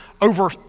over